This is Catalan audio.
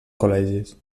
col·legis